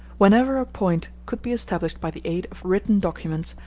whenever a point could be established by the aid of written documents,